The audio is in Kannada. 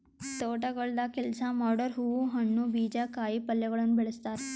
ತೋಟಗೊಳ್ದಾಗ್ ಕೆಲಸ ಮಾಡೋರು ಹೂವು, ಹಣ್ಣು, ಬೀಜ, ಕಾಯಿ ಪಲ್ಯಗೊಳನು ಬೆಳಸ್ತಾರ್